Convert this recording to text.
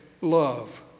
love